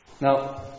Now